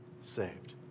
saved